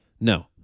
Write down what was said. No